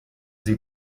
sie